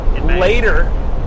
later